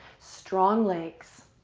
strong legs.